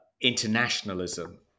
internationalism